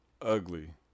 ugly